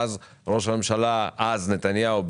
ואז ראש הממשלה נתניהו,